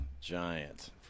giant